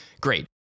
great